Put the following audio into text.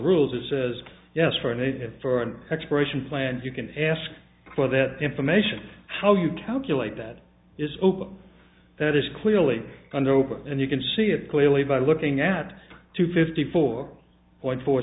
rules it says yes for an a for an exploration plan you can ask for that information how you calculate that is ok that is clearly under over and you can see it clearly by looking at two fifty four